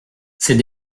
ces